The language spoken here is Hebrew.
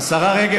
השרה רגב,